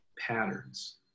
patterns